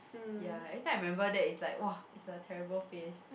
ya every time I remember that is like !wah! it's a terrible phase